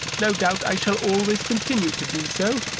no doubt i shall always continue to do so,